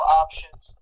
options